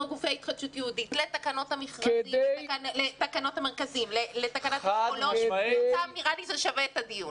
גופי התחדשות יהודית לתקנות המרכזים --- נראה לי שזה שווה את הדיון.